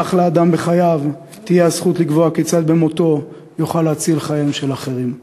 כך לאדם תהיה בחייו הזכות לקבוע כיצד במותו יוכל להציל חייהם של אחרים.